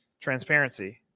transparency